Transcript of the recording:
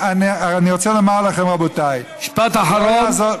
אני רוצה לומר לכם, רבותיי, מאיפה אתה יודע את זה?